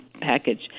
package